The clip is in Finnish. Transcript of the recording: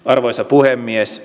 arvoisa puhemies